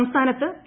സംസ്കാനിത്ത് P